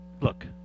look